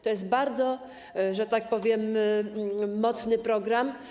To jest bardzo, że tak powiem, mocny program.